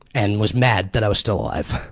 and was mad that i was still alive.